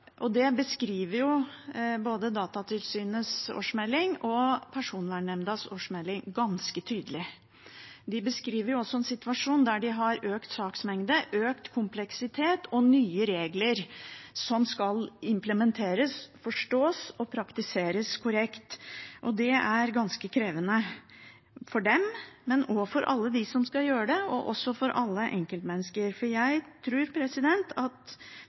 Det beskriver jo både Datatilsynets og Personvernnemndas årsmelding ganske tydelig. De beskriver også en situasjon med økt saksmengde, økt kompleksitet og nye regler som skal implementeres, forstås og praktiseres korrekt. Det er ganske krevende for dem, men også for alle dem som skal gjøre det, og for alle enkeltmennesker. Jeg tror at